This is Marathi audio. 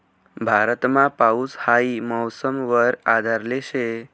भारतमा पाऊस हाई मौसम वर आधारले शे